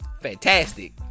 fantastic